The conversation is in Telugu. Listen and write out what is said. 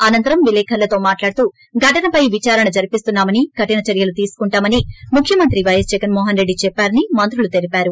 అనంతరం విలేకరులతో మాట్లాడుతూ ఘటనపై విదారణ జరిపిస్తున్నా మని కఠిన చర్యలు తీసుకుంటామని ముఖ్యమంత్రి పై ఎస్ జగన్ చెప్పారని మంత్రులు తెల్పారు